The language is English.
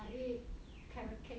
I ate carrot cake